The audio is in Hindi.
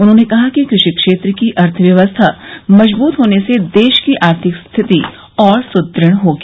उन्होंने कहा कि कृषि क्षेत्र की अर्थव्यवस्था मजबूत होने से देश की आर्थिक स्थिति और सुदृढ़ होगी